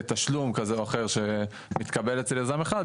תשלום כזה או אחר שמתקבל אצל יזם אחד,